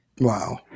Wow